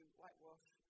whitewash